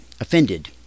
offended